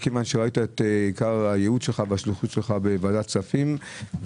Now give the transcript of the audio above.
מכיוון שראית את עיקר הייעוד שלך והשליחות שלך בוועדת הכספים.